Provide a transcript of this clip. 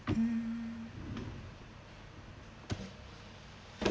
mm